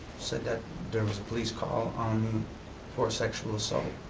said that there was a police call um for a sexual assault.